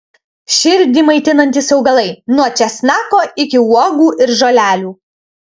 širdį maitinantys augalai nuo česnako iki uogų ir žolelių